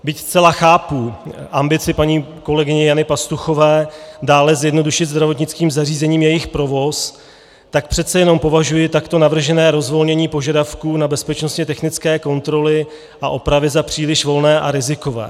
Byť zcela chápu ambici paní kolegyně Jany Pastuchové dále zjednodušit zdravotnickým zařízením jejich provoz, tak přece jenom považuji takto navržené rozvolnění požadavků na bezpečnostně technické kontroly a opravy za příliš volné a rizikové.